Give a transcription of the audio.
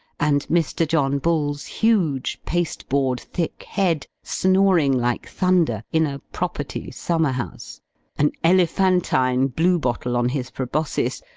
and mr. john bull's huge paste-board thick head, snoring like thunder, in a property summer-house an elephantine blue-bottle on his proboscis,